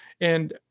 And-